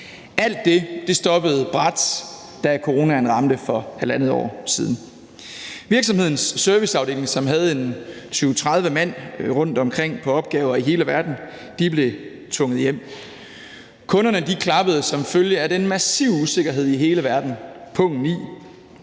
Alt det stoppede brat, da coronaen ramte for halvandet år siden. Virksomhedens serviceafdeling, som havde en 20-30 mand rundtomkring på opgaver i hele verden, blev tvunget hjem. Kunderne klappede som følge af den massive usikkerhed i hele verden pungen i.